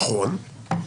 נכון.